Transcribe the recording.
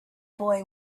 boy